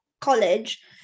college